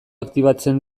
aktibatzea